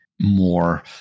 more